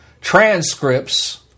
transcripts